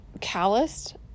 calloused